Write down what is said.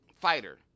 fighter